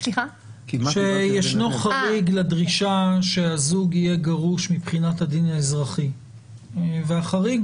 שישנו חריג לדרישה שהזוג יהיה גרוש מבחינת הדין האזרחי והחריג